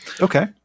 Okay